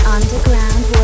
Underground